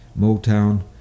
Motown